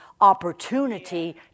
opportunity